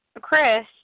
Chris